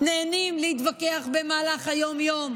נהנים להתווכח במהלך היום-יום,